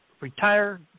retire